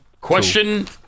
Question